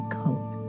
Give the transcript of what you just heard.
coat